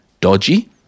dodgy